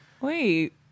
Wait